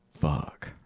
fuck